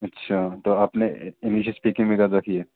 اچھا تو آپ نے انگلش اسپیکنگ بھی کر رکھی ہے